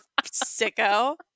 sicko